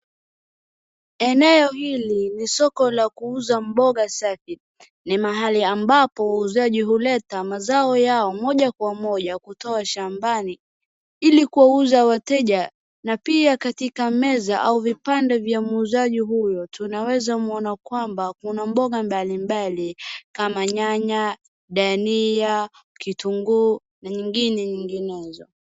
Eneo hili ni soko la kuuza mboga safi. Ni mahali ambapo muuzaji huleta mazao yao moja kwa moja kutoka mashambani ili kuwauza wateja na pia katika meza au vipande vya muuzaji huyo tunaweza muona kwamba kuna mboga mbali mbali kama nyanya, dania, kitunguu na nyingine nyinginezo.